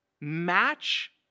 match